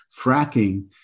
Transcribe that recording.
Fracking